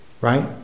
right